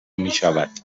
میشود